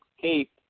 keep